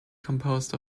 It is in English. composed